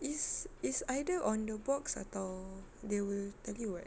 is is either on the box atau they will tell you [what]